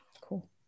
Cool